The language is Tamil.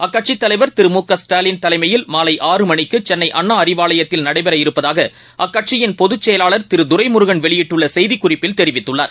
அக்கட்சித் தலைவர் திரு மு க ஸ்டாலின் தலைமையில் மாலைஆறுமணிக்குசென்னைஅண்ணாஅறிவாலயத்தில் நடைபெற இருப்பதாகஅக்கட்சியின் பொதுச் செயலாளர் திருதுரைமுருகன் வெளியிட்டுள்ளசெய்திக்குறிப்பில் தெரிவித்துள்ளார்